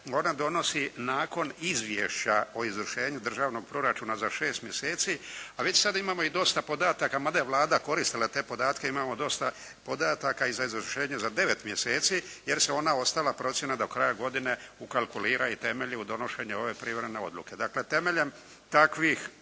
ona donosi nakon izvješća o izvršenju državnog proračuna za 6 mjeseci, a već sada imamo dosta podataka mada je Vlada koristila te podatke imamo dosta podataka I za izvršenje za 9 mjeseci jer se ona ostala procjena do kraja godine ukalkulira I temelji na donošenju ove privremene odluke. Temeljem takvih